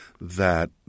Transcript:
that-